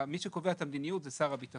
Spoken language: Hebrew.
מי שקובע את המדיניות זה שר הביטחון,